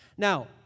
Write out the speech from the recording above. Now